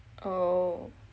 oh